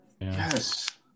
Yes